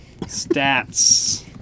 stats